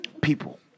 people